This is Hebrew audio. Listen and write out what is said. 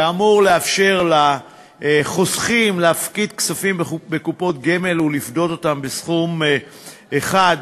שאמור לאפשר לחוסכים להפקיד כספים בקופות גמל ולפדות אותם בסכום אחד,